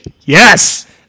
Yes